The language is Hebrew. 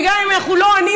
וגם אם אנחנו לא עונים,